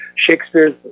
Shakespeare's